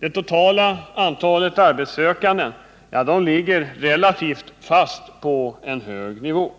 Det totala antalet arbetssökande ligger relativt fast på en hög nivå.